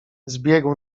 zbiegł